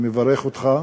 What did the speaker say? אני מברך אותך,